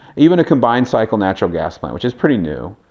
even a combined-cycle natural gas plant, which is pretty new,